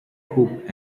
cubes